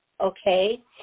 okay